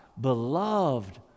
beloved